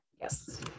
yes